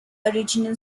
original